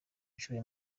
nshuro